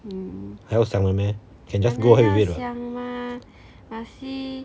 还要想的 meh can just go ahead with it [what]